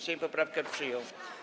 Sejm poprawkę przyjął.